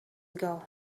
ago